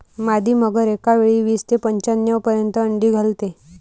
मादी मगर एकावेळी वीस ते पंच्याण्णव पर्यंत अंडी घालते